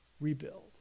rebuild